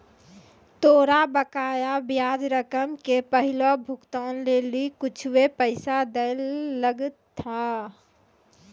तोरा बकाया ब्याज रकम के पहिलो भुगतान लेली कुछुए पैसा दैयल लगथा